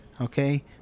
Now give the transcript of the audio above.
okay